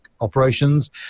operations